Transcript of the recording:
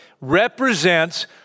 represents